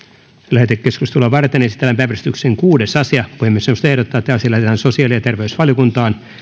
lähetekeskustelua varten esitellään päiväjärjestyksen kuudes asia puhemiesneuvosto ehdottaa että asia lähetetään sosiaali ja terveysvaliokuntaan